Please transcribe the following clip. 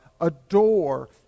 adore